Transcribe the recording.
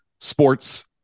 sports